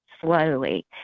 slowly